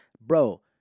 Bro